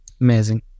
Amazing